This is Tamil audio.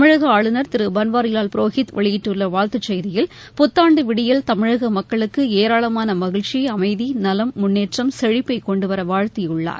தமிழக ஆளுநர் திரு பன்வாரிலால் புரோஹித் வெளியிட்டுள்ள வாழ்த்துச்செய்தியில் புத்தாண்டு விடியல் தமிழக மக்களுக்கு ஏராளமான மகிழ்ச்சி அமைதி நவம் முன்னேற்றம் செழிப்பை கொண்டுவர வாழ்த்தியுள்ளார்